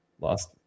Lost